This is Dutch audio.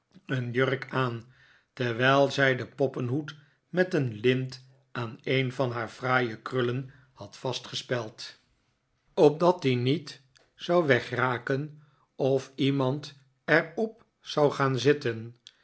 een jurk aan terwijl zij den poppenhoed met het lint aan een van haar fraaie krullen had vastgespeld opdat die niet zou wegraken of iemand er op zou gaan zitten